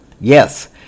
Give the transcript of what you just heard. Yes